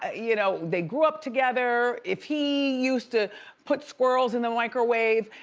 ah you know, they grew up together. if he used to put squirrels in the microwave,